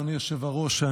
אדוני היושב-ראש,